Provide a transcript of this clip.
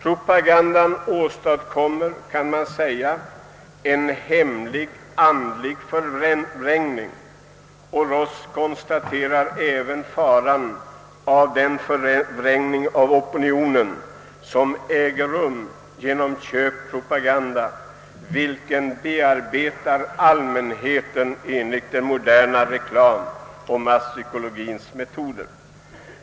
Ross konstaterar även att en förtäckt köpt propaganda kan åstadkomma en andlig förvrängning av opinionen. Denna propaganda bearbetar allmänheten enligt den moderna reklamens och masspsykologiens alla metoder.